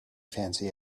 fancy